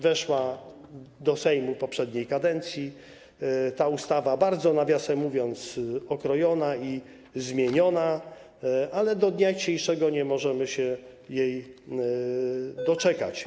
Weszła do Sejmu poprzedniej kadencji ta ustawa, bardzo, nawiasem mówiąc, okrojona i zmieniona, ale do dnia dzisiejszego nie możemy się jej doczekać.